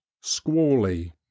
squally